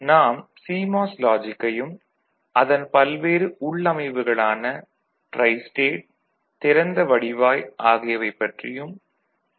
நாம் சிமாஸ் லாஜிக்கையும் அதன் பல்வேறு உள்ளமைவுகளான ட்ரைஸ்டேட் திறந்த வடிவாய் ஆகியவைப் பற்றியும் டி